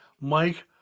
Mike